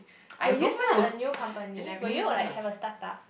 will you start a new company will you like have a startup